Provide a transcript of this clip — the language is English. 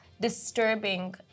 disturbing